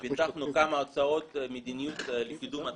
פיתחנו כמה הצעות מדיניות לקידום התחום,